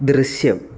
ദൃശ്യം